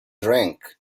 drank